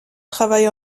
travaille